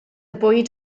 bwyd